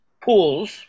pools